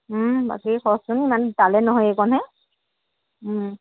বাকী খৰচ ইমান তালৈ নহয় এইকণ হে